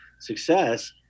success